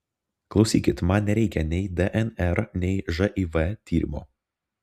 klausykit man nereikia nei dnr nei živ tyrimo